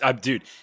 dude